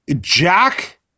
jack